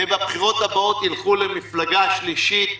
ובבחירות הבאות ילכו למפלגה שלישית,